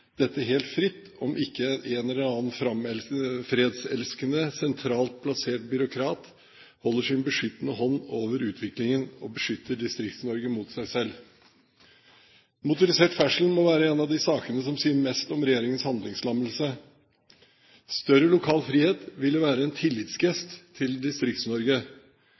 dette helt fritt om ikke en eller annen fredselskende sentralt plassert byråkrat holder sin beskyttende hånd over utviklingen og beskytter Distrikts-Norge mot seg selv. Motorisert ferdsel må være en av de sakene som sier mest om regjeringens handlingslammelse. Større lokal frihet ville være en tillitsgest til